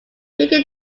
figure